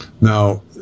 Now